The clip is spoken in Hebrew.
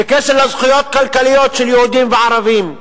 בקשר לזכויות כלכליות של יהודים וערבים.